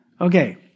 Okay